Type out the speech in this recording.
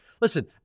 Listen